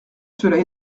cela